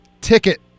Ticket